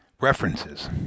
References